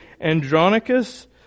Andronicus